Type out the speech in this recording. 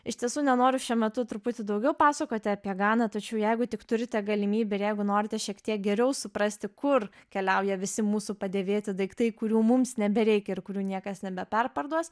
iš tiesų nenoriu šiuo metu truputį daugiau pasakoti apie ganą tačiau jeigu tik turite galimybę ir jeigu norite šiek tiek geriau suprasti kur keliauja visi mūsų padėvėti daiktai kurių mums nebereikia ir kurių niekas nebeperparduos